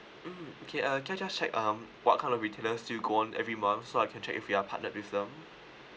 mm okay uh can I just check um what kind of retailers do you go on every month so I can check if we are partnered with them